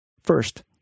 First